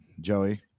Joey